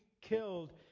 killed